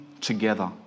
together